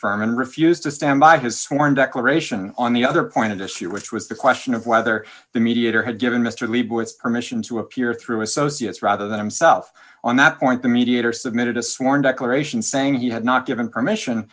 firman refused to stand by his sworn declaration on the other point of this year which was the question of whether the mediator had given mr liebowitz permission to appear through associates rather than himself on that point the mediator submitted a sworn declaration saying he had not given permission